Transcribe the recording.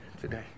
today